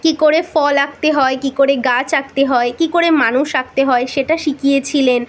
কী করে ফল আঁকতে হয় কী করে গাছ আঁকতে হয় কী করে মানুষ আঁকতে হয় সেটা শিখিয়েছিলেন